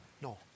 No